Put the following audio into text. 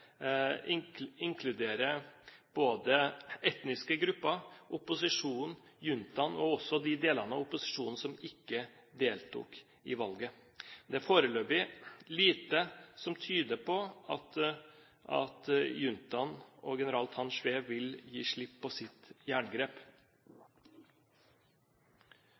både etniske grupper, opposisjonen, juntaen og også de delene av opposisjonen som ikke deltok i valget. Det er foreløpig lite som tyder på at juntaen og general Tan Shwe vil gi slipp på sitt jerngrep.